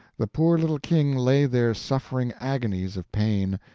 the poor little king lay there suffering agonies of pain,